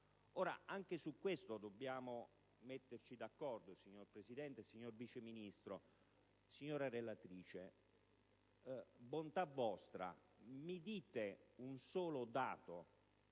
anche su questo passaggio ci si deve mettere d'accordo, signora Presidente, signor Vice Ministro, signora relatrice. Bontà vostra, mi dite un solo dato